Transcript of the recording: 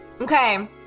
Okay